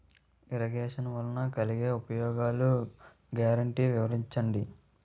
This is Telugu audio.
ఇరగేషన్ వలన కలిగే ఉపయోగాలు గ్యారంటీ వివరించండి?